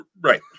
Right